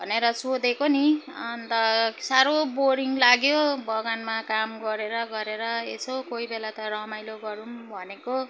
भनेर सोधेको नि अन्त साह्रो बोरिङ लाग्यो बगानमा काम गरेर गरेर यसो कोही बेला त रमाइलो गरौँ भनेको